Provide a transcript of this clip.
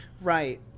Right